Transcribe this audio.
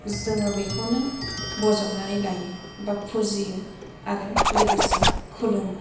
जोङो बेखौनो बजबनानै लायो बा फुजियो आरो लोगोसे खुलुमो